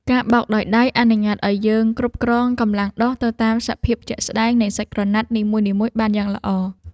ការបោកដោយដៃអនុញ្ញាតឱ្យយើងគ្រប់គ្រងកម្លាំងដុសទៅតាមសភាពជាក់ស្តែងនៃសាច់ក្រណាត់នីមួយៗបានយ៉ាងល្អ។